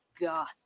goth